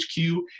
HQ